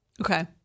Okay